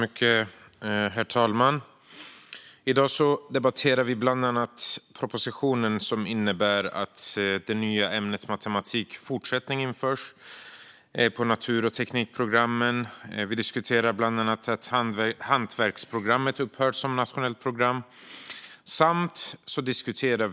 Herr talman! I dag debatterar vi propositionen som bland annat innebär att det nya ämnet matematik fortsättning införs på natur och teknikprogrammen och att hantverksprogrammet upphör som nationellt program.